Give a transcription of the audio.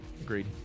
agreed